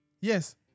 Yes